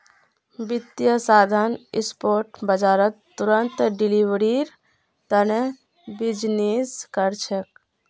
वित्तीय साधन स्पॉट बाजारत तुरंत डिलीवरीर तने बीजनिस् कर छे